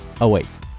awaits